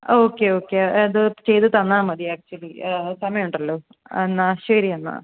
okay okay അത് ചെയ്ത് തന്നാൽ മതി ആക്ച്വലി സമയം ഉണ്ടല്ലോ എന്നാൽ ശരി എന്നാൽ